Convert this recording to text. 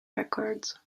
records